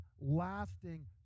lasting